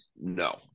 No